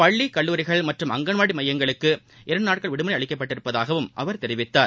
பள்ளி கல்லூரிகள் மற்றும் அங்கள்வாடி மையங்களுக்கு இரண்டுநாட்கள் விடுமுறை அளிக்கப்பட்டிருப்பதாகவும் அவர் தெரிவித்தார்